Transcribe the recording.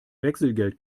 wechselgeld